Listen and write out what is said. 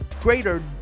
greater